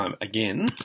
again